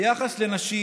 היחס לנשים,